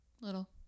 little